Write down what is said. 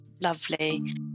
lovely